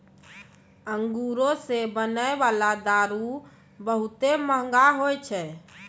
अंगूरो से बनै बाला दारू बहुते मंहगा होय छै